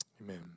Amen